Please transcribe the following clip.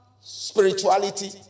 spirituality